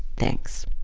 thanks